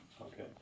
Okay